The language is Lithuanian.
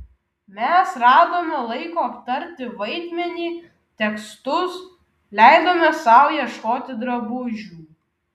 mes radome laiko aptarti vaidmenį tekstus leidome sau ieškoti drabužių